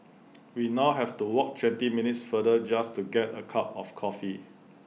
we now have to walk twenty minutes farther just to get A cup of coffee